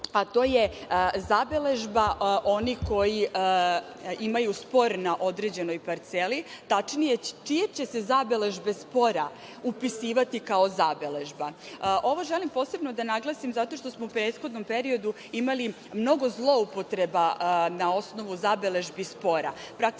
a to je zabeležba onih koji imaju spor na određenoj parceli. Tačnije, čije će se zabeležbe spora upisivati kao zabeležba. Ovo želim posebno da naglasim zato što smo u prethodnom periodu imali mnogo zloupotreba na osnovu zabeležbi spora.